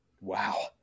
wow